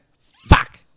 Fuck